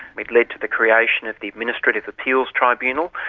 it led to the creation of the administrative appeals tribunal.